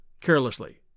carelessly